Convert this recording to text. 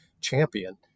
champion